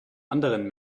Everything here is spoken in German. anderen